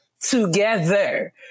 together